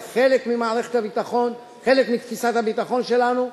זה חלק ממערכת הביטחון, חלק מתפיסת הביטחון שלנו.